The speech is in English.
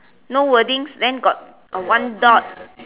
no wordings then got a one dot